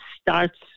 starts